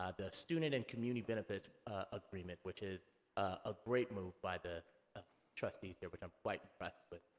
ah the student and community benefits agreement, which is a great move by the trustees, there, which i'm quite impressed but